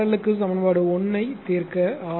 L க்கு சமன்பாடு 1 ஐத் தீர்க்க ஆர்